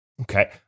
Okay